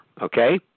okay